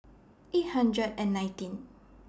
eight hundred and nineteen